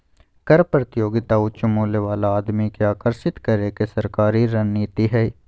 कर प्रतियोगिता उच्च मूल्य वाला आदमी के आकर्षित करे के सरकारी रणनीति हइ